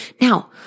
Now